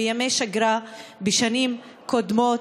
בימי שגרה בשנים קודמות,